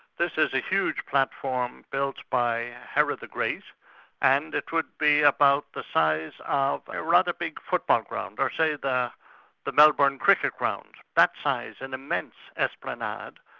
this is a huge platform built by herod the great and it would be about the size of a rather big football ground, or say the the melbourne cricket ground, that size, an immense esplanade.